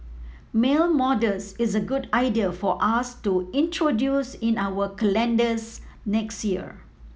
male models is a good idea for us to introduce in our calendars next year